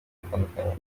atandukanye